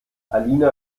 alina